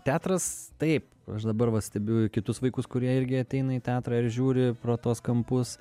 teatras taip aš dabar va stebiu kitus vaikus kurie irgi ateina į teatrą ir žiūri pro tuos kampus